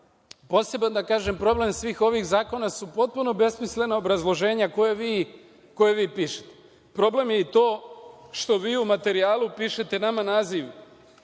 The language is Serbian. da kažem, problem svih ovih zakona su potpuno besmislena obrazloženja koja vi pišete. Problem je i to što vi u materijalu pišete nama naziv